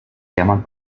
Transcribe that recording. hermann